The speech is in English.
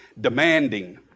demanding